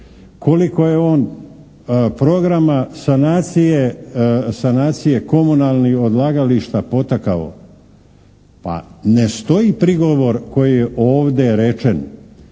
koliko je on programa, sanacije komunalnih odlaganja potakao, pa ne stoji prigovor koji je ovdje rečen